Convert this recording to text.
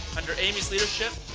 under amy's leadership,